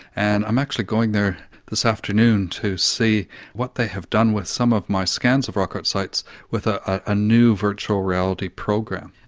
and i'm actually going there this afternoon to see what they have done with some of my scans of rock art sites with a new virtual reality progress.